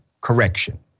correction